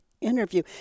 interview